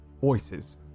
voices